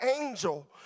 angel